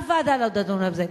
אף ועדה לא תדון על זה.